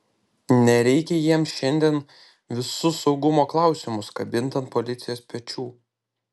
nereikia jiems šiandien visus saugumo klausimus kabint ant policijos pečių